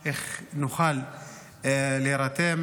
איך נוכל להירתם.